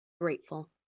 Grateful